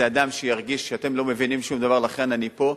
אדם שירגיש: אתם לא מבינים שום דבר, לכן אני פה.